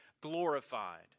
glorified